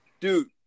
Dude